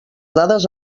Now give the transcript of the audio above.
dades